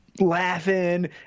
laughing